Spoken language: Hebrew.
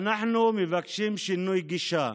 אנחנו מבקשים שינוי גישה,